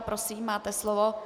Prosím, máte slovo.